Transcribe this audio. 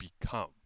become